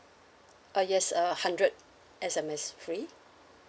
uh yes uh hundred S_M_S free